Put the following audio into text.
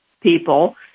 people